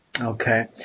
Okay